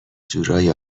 جورایی